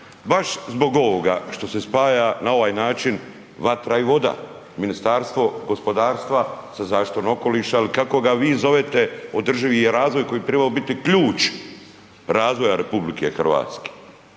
Baš zbog ovoga što se spaja na ovaj način vatra i voda, Ministarstvo gospodarstva sa zaštitom okoliša ili kako vi zovete održivi razvoj koji bi trebao biti ključ razvoja RH. Međutim, ja se